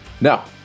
Now